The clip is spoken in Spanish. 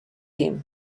team